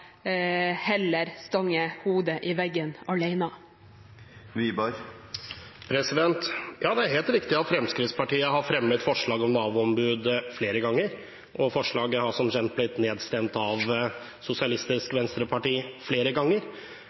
hodet i veggen alene. Ja, det er helt riktig at Fremskrittspartiet har fremmet forslag om Nav-ombud flere ganger, og forslaget har som kjent blitt nedstemt av Sosialistisk Venstreparti flere ganger.